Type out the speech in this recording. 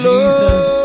Jesus